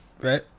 right